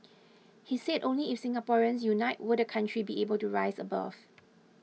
he said only if Singaporeans unite will the country be able to rise above